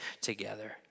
together